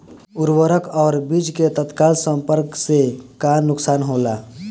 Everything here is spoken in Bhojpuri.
उर्वरक और बीज के तत्काल संपर्क से का नुकसान होला?